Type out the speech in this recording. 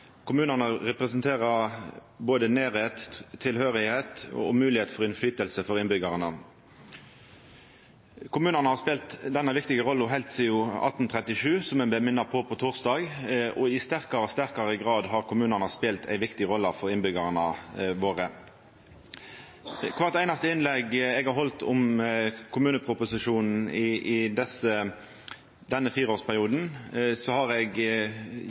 Kommunane representerer både nærleik, tilhøyr og moglegheit for innflytelse for innbyggjarane. Kommunane har spelt denne viktige rolla heilt sidan 1837, noko eg vart minna på på torsdag, og i sterkare og sterkare grad har kommunane spelt ei viktig rolle for innbyggjarane våre. I kvart einaste innlegg eg har halde om kommuneproposisjonen i denne fireårsperioden, har eg